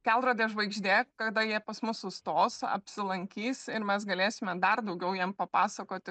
kelrodė žvaigždė kada jie pas mus sustos apsilankys ir mes galėsime dar daugiau jiem papasakoti